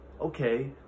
okay